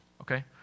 okay